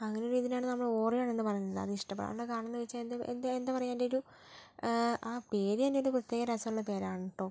അതിന് ഇതിനാണ് നമ്മൾ ഓറിയോൺ എന്ന് പറയുന്നത് അത് ഇഷ്ടപ്പെടാനുള്ള കാരണം എന്ന് വെച്ചാൽ എന്ത് എന്താ പറയുക എന്തേരു ആ പേരു തന്നെ എന്ത് രസമുള്ള പേരാണ് കേട്ടോ